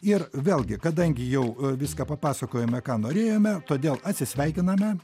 ir vėlgi kadangi jau viską papasakojome ką norėjome todėl atsisveikiname